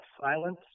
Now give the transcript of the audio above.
silence